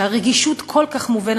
שהרגישות כל כך מובנית,